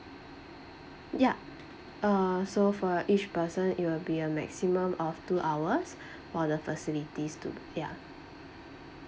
ya uh so for each person it will be a maximum of two hours for the facilities too ya